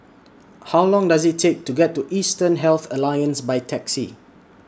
How Long Does IT Take to get to Eastern Health Alliance By Taxi